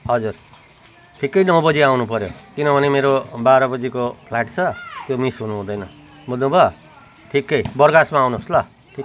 हजुर ठिकै नौ बजी आउनु पर्यो किनभने मेरो बाह्र बजीको फ्लाइट छ त्यो मिस हुनुहुँदैन बुझ्नुभयो ठिकै बरगाछमा आउनुहोस् ल